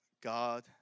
God